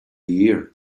year